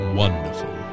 wonderful